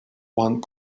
one